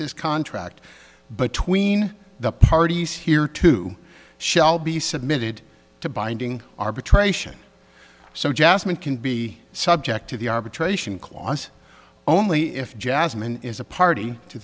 this contract but tween the parties here too shall be submitted to binding arbitration so jasmyn can be subject to the arbitration clause only if jasmine is a party to